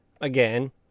again